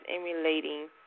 emulating